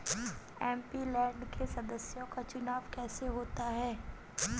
MP land के सदस्यों का चुनाव कैसे होता है?